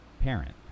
parent